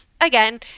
again